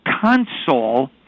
console